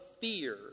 fear